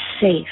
safe